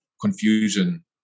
confusion